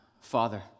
Father